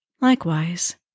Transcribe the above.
Likewise